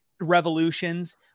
revolutions